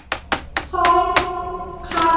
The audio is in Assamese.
ছয় সাত